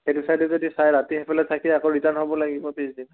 সেইটো ছাইদে যদি চায় ৰাতি সেইফালে থাকি আকৌ ৰিটাৰ্ণ হ'ব লাগিব পিছদিনা